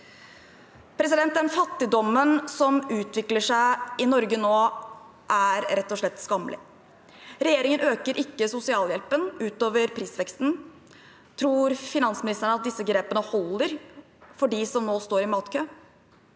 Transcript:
seg. Den fattigdommen som utvikler seg i Norge nå, er rett og slett skammelig. Regjeringer øker ikke sosialhjelpen utover prisveksten. Tror finansministeren at disse grepene holder for dem som nå står i matkø?